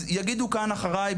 אז יגידו כאן אחרי,